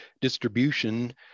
distribution